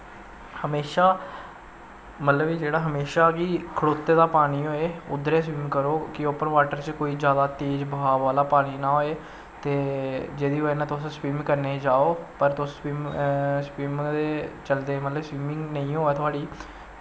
हमेशा मतलव जेह्ड़ा हमेशा कि खड़ोते दा पानी होऐ उध्दर गै स्विम करो कि ओपन बॉटर च कोई जादा बहाब आह्ला पानी नां होए ते जेह्दी बज़ह कन्नै तुस स्विम करने गी जाओ पर तुस स्विम दे चलदे मतलव स्विमिंग नेंई होऐ थुआढ़ी